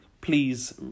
please